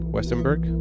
Westenberg